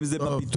אם זה בפיטום,